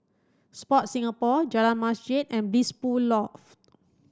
Sport Singapore Jalan Masjid and Blissful Loft